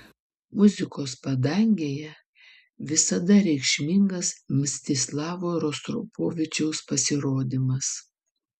muzikos padangėje visada reikšmingas mstislavo rostropovičiaus pasirodymas